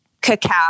cacao